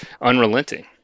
unrelenting